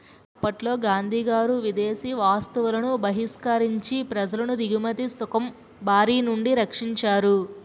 అప్పట్లో గాంధీగారు విదేశీ వస్తువులను బహిష్కరించి ప్రజలను దిగుమతి సుంకం బారినుండి రక్షించారు